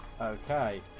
Okay